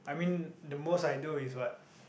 I mean the most I do is what